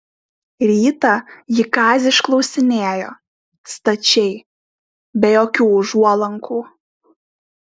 rytą ji kazį išklausinėjo stačiai be jokių užuolankų